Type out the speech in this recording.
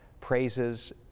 Praises